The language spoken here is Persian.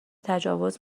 تجاوز